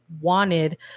wanted